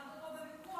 אנחנו פה בוויכוח,